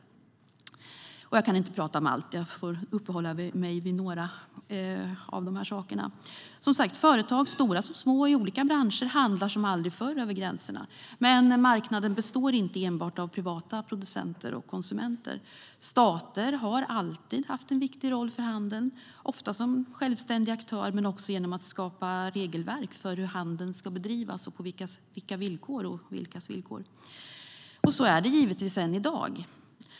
Jag kan inte tala om allt utan får uppehålla mig vid några saker. Företag, stora som små i olika branscher, handlar som aldrig förr över gränserna. Men marknaden består inte enbart av privata producenter och konsumenter. Stater har alltid haft en viktig roll för handeln, ofta som självständig aktör men också genom att skapa regelverk för hur handeln ska bedrivas och på vilka och vilkas villkor. Så är det givetvis än i dag.